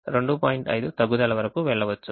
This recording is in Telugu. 5 తగ్గుదల వరకు వెళ్ళవచ్చు